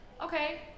okay